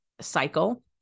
cycle